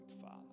father